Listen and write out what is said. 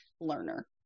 learner